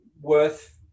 worth